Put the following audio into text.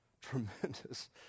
tremendous